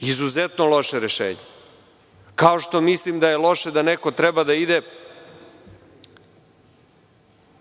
Izuzetno loše rešenje, ako što mislim da je loše da neko treba da ide